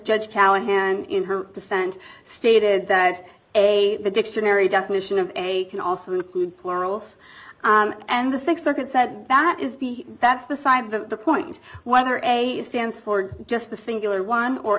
judge callahan in her dissent stated that a the dictionary definition of a can also include corals and the th circuit said that is the that's beside the point whether a stands for just a singular one or